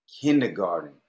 Kindergarten